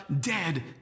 dead